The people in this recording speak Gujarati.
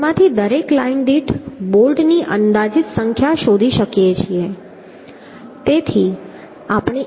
તેમાંથી દરેક લાઇન દીઠ બોલ્ટની અંદાજિત સંખ્યા શોધી શકીએ છીએ